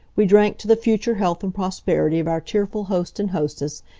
we drank to the future health and prosperity of our tearful host and hostess,